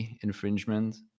infringement